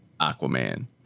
Aquaman